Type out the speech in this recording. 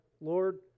Lord